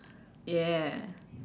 ya